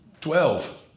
Twelve